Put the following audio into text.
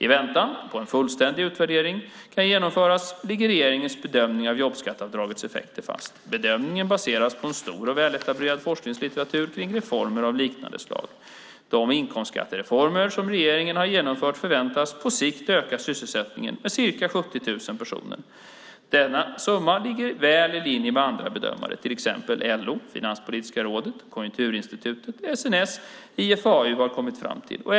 I väntan på att en fullständig utvärdering kan genomföras ligger regeringens bedömning av jobbskatteavdragets effekter fast. Bedömningen baseras på en stor och väletablerad forskningslitteratur kring reformer av liknande slag. De inkomstskattereformer som regeringen har genomfört förväntas på sikt öka sysselsättningen med ca 70 000 personer. Denna summa ligger väl i linje med vad andra bedömare, till exempel LO, Finanspolitiska rådet, Konjunkturinstitutet, SNS och IFAU, har kommit fram till.